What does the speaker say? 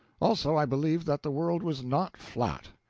also, i believed that the world was not flat,